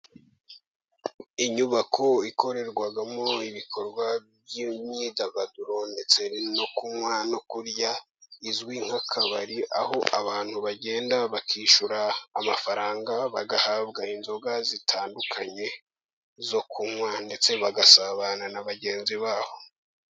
Inyubako ikorerwamo ibikorwa by'imyidagaduro, ndetse no kunywa no kurya, izwi nk'akabari aho abantu bagenda bakishyura amafaranga bagahabwa inzoga zitandukanye zo kunywa, ndetse bagasabana na bagenzi babo.